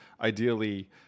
ideally